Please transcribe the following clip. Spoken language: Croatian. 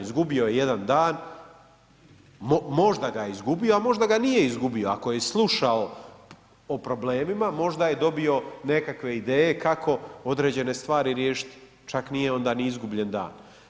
Izgubio je jedan dan, možda ga je izgubio, a možda ga nije izgubio, ako je slušao o problemima, možda je dobio nekakve ideje kako određene stvari riješiti, čak nije onda ni izgubljen dan.